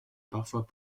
parfois